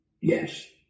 Yes